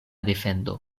defendo